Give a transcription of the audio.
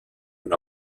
una